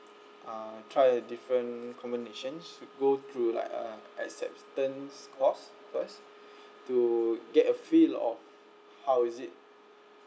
uh try a different combinations should go through like uh acceptance course first to get a feel of how is it